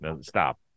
Stop